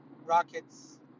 Rocket's